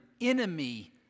enemy